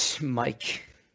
Mike